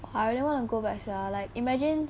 I really want to go back sia like imagine